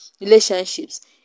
relationships